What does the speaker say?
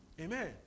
Amen